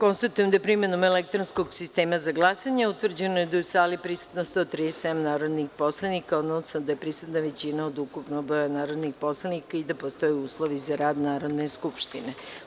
Konstatujem da je primenom elektronskog sistema za glasanje, utvrđeno da je u sali prisutno 137 narodnih poslanika, odnosno da je prisutna većina od ukupnog broja narodnih poslanika i da postoje uslovi za rad Narodne skupštine.